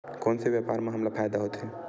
कोन से व्यापार म हमला फ़ायदा होथे?